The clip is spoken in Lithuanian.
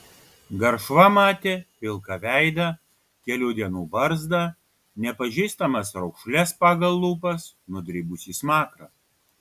garšva matė pilką veidą kelių dienų barzdą nepažįstamas raukšles pagal lūpas nudribusį smakrą